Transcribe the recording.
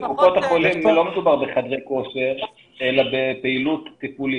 בקופות החולים לא מדובר בחדרי כושר אלא בפעילות טיפולית.